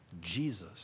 Jesus